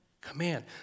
command